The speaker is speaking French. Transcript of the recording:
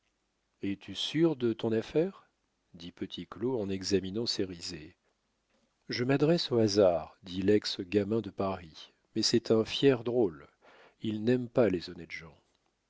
es-tu sûr de ton affaire dit petit claud en examinant cérizet je m'adresse au hasard dit lex gamin de paris mais c'est un fier drôle il n'aime pas les honnêtes gens